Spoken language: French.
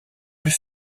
plus